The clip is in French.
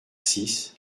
six